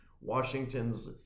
Washington's